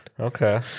Okay